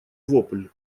вопль